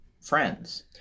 friends